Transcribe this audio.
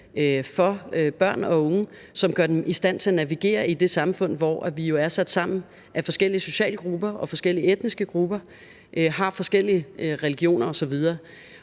for børn og unge, som gør dem i stand til at navigere i det samfund, hvor vi jo er sat sammen af forskellige sociale grupper og forskellige etniske grupper, har forskellige religioner osv.